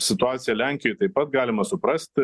situaciją lenkijoj taip pat galima suprasti